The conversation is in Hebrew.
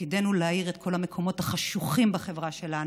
ותפקידנו להאיר את כל המקומות החשוכים בחברה שלנו.